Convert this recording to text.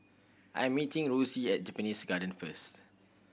I'm meeting Rosie at Japanese Garden first